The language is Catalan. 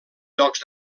llocs